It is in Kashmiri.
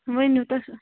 ؤنِو تُہۍ